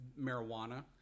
marijuana